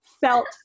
felt